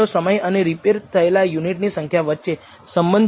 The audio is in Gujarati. સામાન્ય રીતે ડેટા પોઇન્ટની સંખ્યાના આધારે આ મૂલ્ય 2